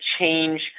change